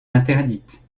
interdite